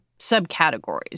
subcategories